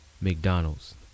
McDonald's